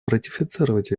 ратифицировать